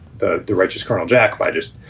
the the righteous carnal jack. by just